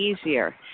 easier